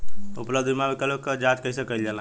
उपलब्ध बीमा विकल्प क जांच कैसे कइल जाला?